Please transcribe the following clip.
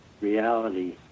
reality